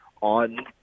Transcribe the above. on